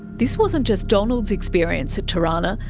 this wasn't just donald's experience at turana.